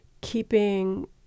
keeping